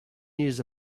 years